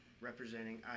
representing